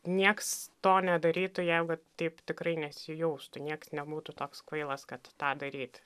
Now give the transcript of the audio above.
nieks to nedarytų jeigu taip tikrai nesijaustų nieks nebūtų toks kvailas kad tą daryt